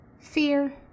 fear